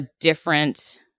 different